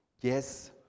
Yes